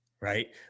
right